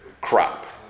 crop